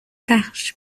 پخش